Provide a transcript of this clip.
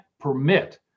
permit